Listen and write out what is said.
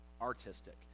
Artistic